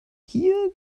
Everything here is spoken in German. hier